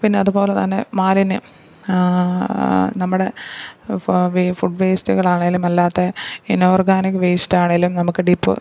പിന്നതു പോലെ തന്നെ മാലിന്യം നമ്മുടെ ഇപ്പം ഫുഡ് വേസ്റ്റുകളാണെങ്കിലും അല്ലാത്ത ഇനോര്ഗാനിക് വേസ്റ്റാണെങ്കിലും നമുക്ക് ഡീപ്പ്